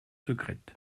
secrète